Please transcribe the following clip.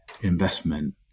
investment